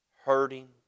Hurting